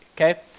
okay